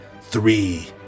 Three